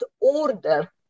order